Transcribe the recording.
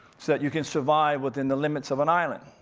so that you can survive within the limits of an island.